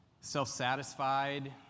self-satisfied